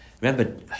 remember